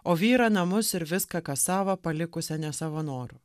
o vyrą namus ir viską kas sava palikusią ne savo noru